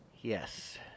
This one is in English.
Yes